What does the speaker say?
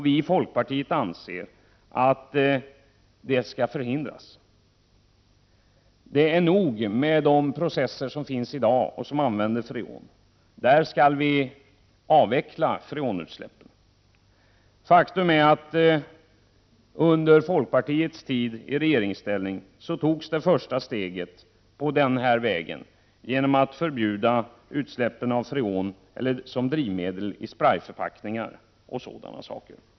Vi i folkpartiet anser att detta skall förhindras. Det är nog med de processer som finns i dag där man använder freon. Där skall vi avveckla freonutsläppen. Faktum är att under folkpartiets tid i regeringsställning togs det första steget på denna väg genom ett förbud mot freon som drivmedel i sprejförpackningar och sådana saker.